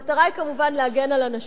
המטרה היא כמובן להגן על הנשים.